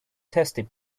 tasty